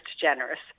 generous